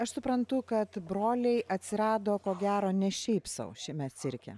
aš suprantu kad broliai atsirado ko gero ne šiaip sau šiame cirke